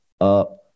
up